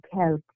help